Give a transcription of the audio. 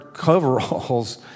coveralls